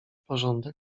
porządek